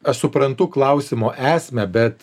aš suprantu klausimo esmę bet